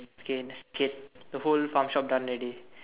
okay k the whole farm shop done already